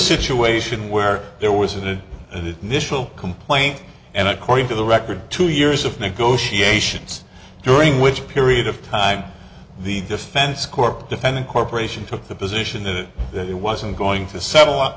situation where there was a did it mishal complaint and according to the record two years of negotiations during which period of time the defense corp defendant corporation took the position that it wasn't going to settle